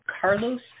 Carlos